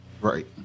Right